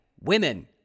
women